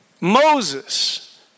Moses